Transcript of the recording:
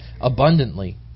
abundantly